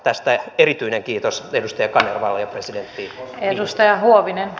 tästä erityinen kiitos edustaja kanervalle ja presidentti niinistölle